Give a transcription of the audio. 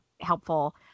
helpful